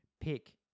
Pick